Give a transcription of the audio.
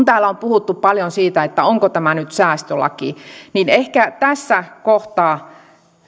täällä on puhuttu paljon siitä onko tämä nyt säästölaki ehkä tässä kohtaa